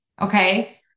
okay